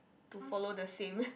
to follow the same